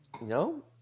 no